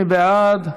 מי בעד?